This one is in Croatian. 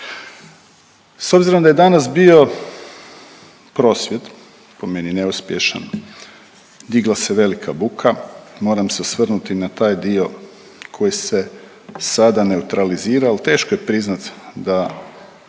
S obzirom da je danas bio prosvjed, po meni neuspješan, digla se velika buka, moram se osvrnuti na taj dio koji se sada neutralizira ali teško je priznat da